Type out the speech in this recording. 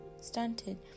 stunted